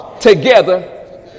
together